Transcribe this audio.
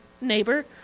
Neighbor